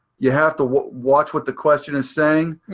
you have to watch what the question is saying.